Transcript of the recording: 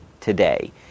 today